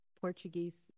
Portuguese